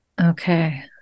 Okay